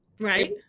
Right